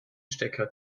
stecker